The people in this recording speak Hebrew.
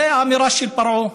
זה האמירה של פרעה.